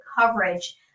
coverage